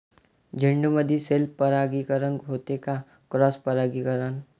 झेंडूमंदी सेल्फ परागीकरन होते का क्रॉस परागीकरन?